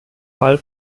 fall